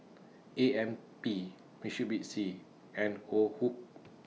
A M P Mitsubishi and Woh Hup